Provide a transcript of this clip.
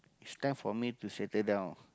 it's time for me to settle down